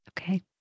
Okay